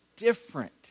Different